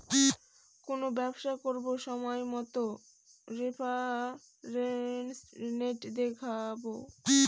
কোনো ব্যবসা করবো সময় মতো রেফারেন্স রেট দেখাবো